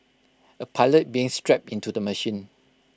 A pilot being strapped into the machine